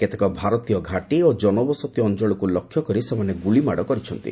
କେତେକ ଭାରତୀୟ ଘାଟି ଓ ଜନବସତି ଅଞ୍ଚଳକୁ ଲକ୍ଷ୍ୟ କରି ସେମାନେ ଗୁଳିମାଡ଼ କରିଛନ୍ତି